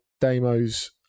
Damo's